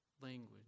language